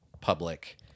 public